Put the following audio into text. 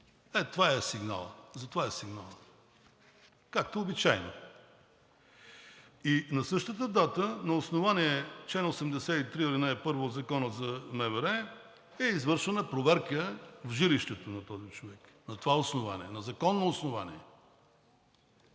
на 11 юли. Ето за това е сигналът, както обичайно. И на същата дата на основание чл. 83, ал. 1 от Закона за МВР е извършена проверка в жилището на този човек – на това основание, на законно основание